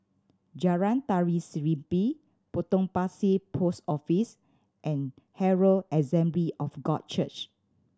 Jalan Tari Serimpi Potong Pasir Post Office and Herald Assembly of God Church